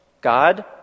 God